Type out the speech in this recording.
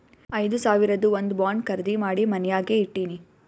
ಐದು ಸಾವಿರದು ಒಂದ್ ಬಾಂಡ್ ಖರ್ದಿ ಮಾಡಿ ಮನ್ಯಾಗೆ ಇಟ್ಟಿನಿ